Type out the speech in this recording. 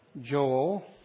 Joel